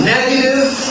Negative